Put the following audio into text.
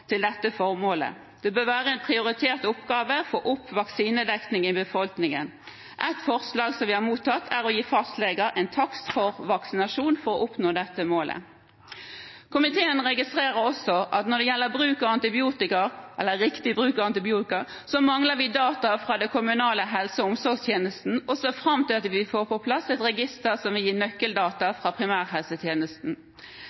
til dette formålet. Det bør være en prioritert oppgave å få opp vaksinedekningen i befolkningen. Et forslag som vi har mottatt, er å gi fastleger en takst for vaksinasjon for å oppnå dette målet. Komiteen registrerer også at når det gjelder riktig bruk av antibiotika, mangler vi data fra den kommunale helse- og omsorgstjenesten, og vi ser fram til at vi får på plass et register som vil gi nøkkeldata fra primærhelsetjenesten.